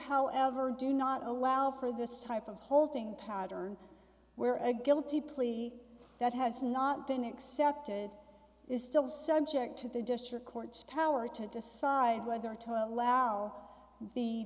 however do not allow for this type of holding pattern where a guilty plea that has not been accepted is still subject to the district court's power to decide whether to allow the